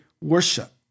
worship